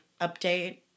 update